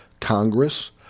Congress